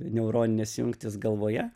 neuroninės jungtys galvoje